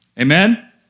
Amen